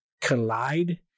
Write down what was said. collide